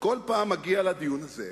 כל פעם מגיע לדיון הזה,